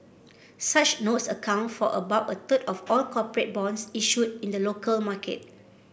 such notes account for about a third of all corporate bonds issued in the local market